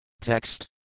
Text